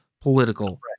political